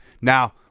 Now